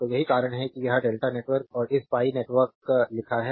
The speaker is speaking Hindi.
तो यही कारण है कि यह डेल्टा नेटवर्क और इस pi नेटवर्क लिखा है